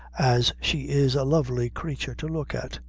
as she is a lovely creature to look at.